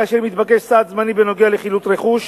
כאשר מתבקש סעד זמני בנוגע לחילוט רכוש,